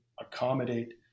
accommodate